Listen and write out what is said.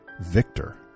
victor